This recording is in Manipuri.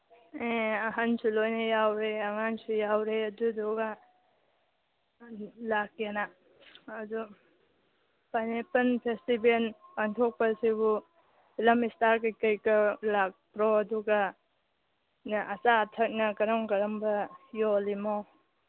ꯑꯦ ꯑꯍꯟꯁꯨ ꯂꯣꯏꯅ ꯌꯥꯎꯔꯦ ꯑꯉꯥꯡꯁꯨ ꯌꯥꯎꯔꯦ ꯑꯗꯨꯗꯨꯒ ꯂꯥꯛꯀꯦꯅ ꯑꯗꯨ ꯄꯥꯏꯅꯦꯄꯟ ꯐꯦꯁꯇꯤꯚꯦꯟ ꯄꯥꯡꯊꯣꯛꯄꯁꯤꯕꯨ ꯐꯤꯂꯝ ꯏꯁꯇꯥꯔ ꯀꯩꯀꯥ ꯂꯥꯛꯄ꯭ꯔꯣ ꯑꯗꯨꯒ ꯑꯆꯥ ꯑꯊꯛꯅ ꯀꯔꯝ ꯀꯔꯝꯕ ꯌꯣꯜꯂꯤꯅꯣ